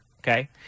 Okay